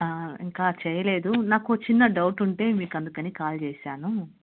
ఇంకా చేయలేదు నాకు చిన్న డౌట్ ఉంటే మీకు అందుకని కాల్ చేశాను